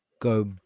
go